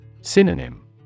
Synonym